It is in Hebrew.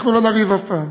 אנחנו לא נריב אף פעם.